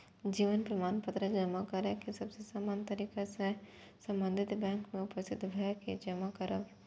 जीवन प्रमाण पत्र जमा करै के सबसे सामान्य तरीका छै संबंधित बैंक में उपस्थित भए के जमा करब